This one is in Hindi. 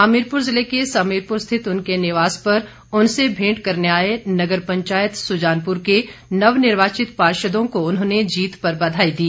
हमीरपुर ज़िले के समीरपुर स्थित उनके निवास पर उनसे भेंट करने आए नगर पंचायत सुजानपुर के नवनिर्वाचित पार्षदो को उन्होंने जीत पर बधाई दी